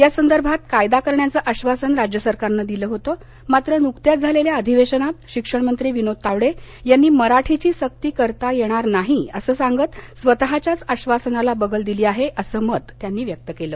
या संदर्भात कायदा करण्याचं आश्वासन राज्य सरकारनं दिलं होतं मात्र नुकत्याच झालेल्या अधिवेशनात शिक्षणमंत्री विनोद तावडे यांनी मराठीची सक्ती करता येणार नाही असं सांगत स्वतःच्याच आश्वसनाला बगल दिली आहे असं मत व्यक्त केलं